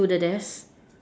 to the desk